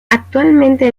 actualmente